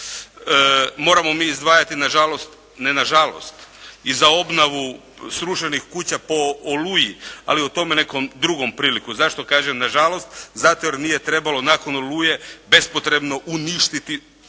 Moramo mi izdvajati nažalost, ne nažalost i za obnovu srušenih kuća po «Oluji» ali o tome nekom drugom prilikom. Zašto kažem nažalost? Zato jer nije trebalo nakon «Oluje» bespotrebno uništiti,